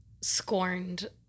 scorned